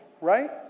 right